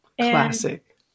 Classic